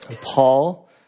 Paul